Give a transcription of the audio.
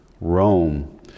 rome